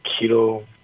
keto